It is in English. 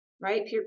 right